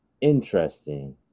Interesting